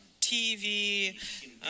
TV